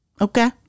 okay